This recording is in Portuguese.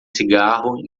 cigarro